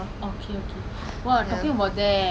oh oh ya you like kids a lot right